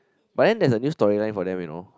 but then there's a new storyline for them you know